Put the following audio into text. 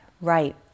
Right